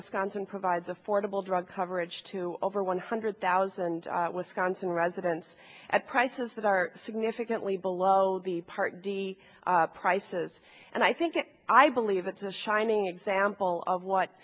wisconsin provides affordable drug coverage to over one hundred thousand wisconsin residents at prices that are significantly below the party prices and i think i believe it's a shining example of what